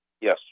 Yes